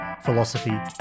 philosophy